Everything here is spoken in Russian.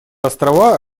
острова